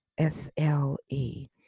SLE